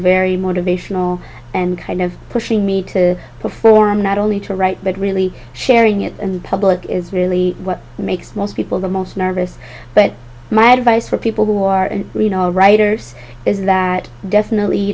very motivational and kind of pushing me to perform not only to write but really sharing it and the public is really what makes most people the most nervous but my advice for people who are writers is that definitely you